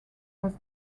was